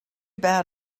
bad